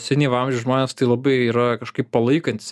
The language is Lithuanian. senyvo amžiaus žmonės tai labai yra kažkaip palaikantys